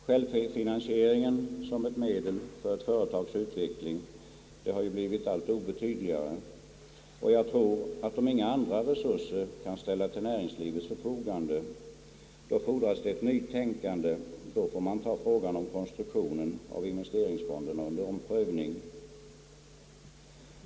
Självfinansieringen som ett medel för ett företags utveckling blir allt obetydligare, Jag tror, att om inga andra resurser kan ställas till näringslivets förfogande, fordras det ett nytänkande, och då får man ta frågan om konstruktionen av investeringsfonderna under omprövning.